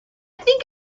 think